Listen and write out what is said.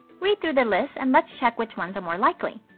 read through the list and let's check which ones are more likely.